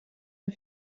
amb